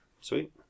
Sweet